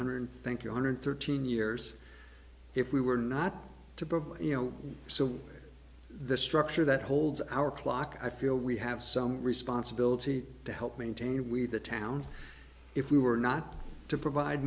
hundred thank you hundred thirteen years if we were not to provide you know so the structure that holds our clock i feel we have some responsibility to help maintain we the town if we were not to provide